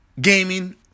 gaming